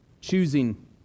choosing